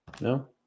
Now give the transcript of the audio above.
No